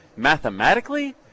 mathematically